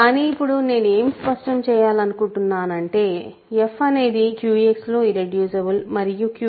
కానీ ఇప్పుడు నేను ఏం స్పష్టం చేయాలి అనుకుంటున్నాను అంటే f అనేది QX లో ఇర్రెడ్యూసిబుల్ మరియు QX ఒక PID